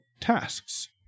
tasks